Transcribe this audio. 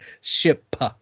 Ship